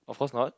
of course not